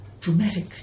dramatic